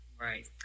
Right